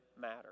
matter